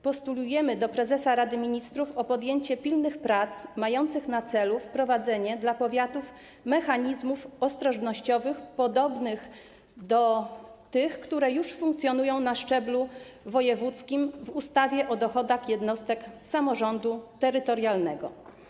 Prosimy prezesa Rady Ministrów, postulujemy o podjęcie pilnych prac mających na celu wprowadzenie dla powiatów mechanizmów ostrożnościowych podobnych do tych, które już funkcjonują na szczeblu wojewódzkim, w ustawie o dochodach jednostek samorządu terytorialnego.